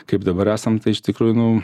kaip dabar esam iš tikrųjų nu